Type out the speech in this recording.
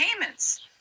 payments